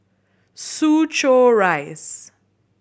Soo Chow Rise